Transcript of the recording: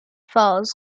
files